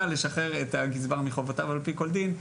לשחרר את הגזבר מחובותיו על פי כל דין.